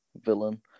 villain